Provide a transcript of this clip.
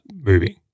moving